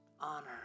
honor